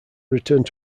returned